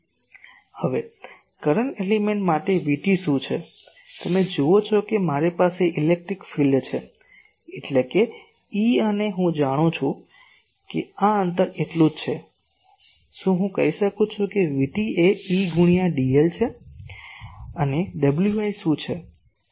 હવે current element માટે VT શું છે તમે જુઓ છો કે મારી પાસે ઇલેક્ટ્રિક ફીલ્ડ છે એટલે કે E અને હું જાણું છું કે આ અંતર એટલું જ છે શું હું કહી શકું છું કે VT એ E ગુણ્યા dl છે અને Wi શું છે